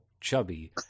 chubby